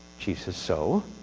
chief said so?